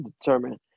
determine